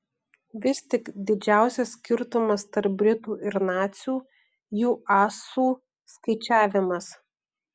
vis tik didžiausias skirtumas tarp britų ir nacių jų asų skaičiavimas